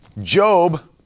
Job